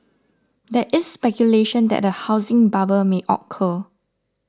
there is speculation that a housing bubble may occur